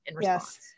yes